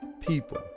people